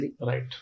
Right